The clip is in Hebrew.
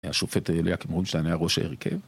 השופט אליקים רובינשטיין היה ראש ההרכב